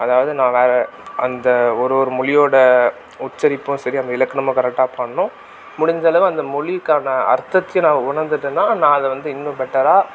அதாவது நான் வேறு வேறு அந்த ஒரு ஒரு மொழியோட உச்சரிப்பும் சரி அந்த இலக்கணமும் கரெக்டாக பாடணும் முடிஞ்சளவு அந்த மொழிக்கான அர்த்தத்தையும் நான் உணர்ந்துவிட்டேன்னா நான் அதை வந்து இன்னும் பெட்டராக